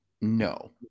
No